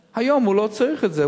היום הוא לא צריך את זה.